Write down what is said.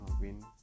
win